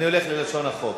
אני הולך ללשון החוק.